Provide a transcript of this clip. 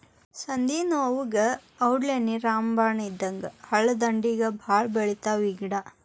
ಸಂದನೋವುಗೆ ಔಡ್ಲೇಣ್ಣಿ ರಾಮಬಾಣ ಇದ್ದಂಗ ಹಳ್ಳದಂಡ್ಡಿಗೆ ಬಾಳ ಬೆಳಿತಾವ ಈ ಗಿಡಾ